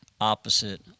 opposite